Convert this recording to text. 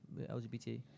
LGBT